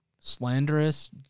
slanderous